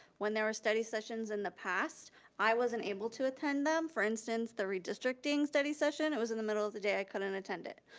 when there were study sessions in the past i wasn't able to attend them. for instance, the redistricting study session. it was in the middle of the day. i couldn't attend it.